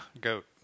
goat